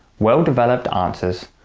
well-developed answers,